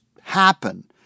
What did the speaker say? happen